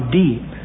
deep